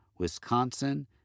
Wisconsin